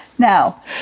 Now